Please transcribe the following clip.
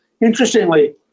Interestingly